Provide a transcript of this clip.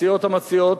הסיעות המציעות,